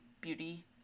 beauty